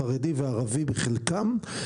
חרדי וערבי בחלקם,